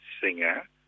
singer